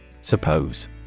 Suppose